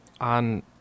on